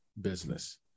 business